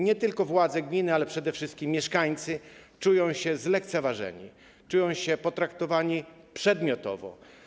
Nie tylko władze gminy, ale przede wszystkim mieszkańcy czują się zlekceważeni, czują się potraktowani przedmiotowo.